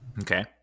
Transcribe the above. Okay